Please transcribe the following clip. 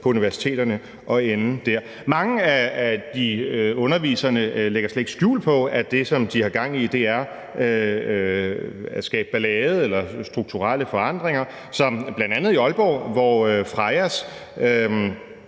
på universiteterne og ende der. Mange af underviserne lægger slet ikke skjul på, at det, som de har gang i, er at skabe ballade eller strukturelle forandringer, som bl.a. i Aalborg, hvor FREIA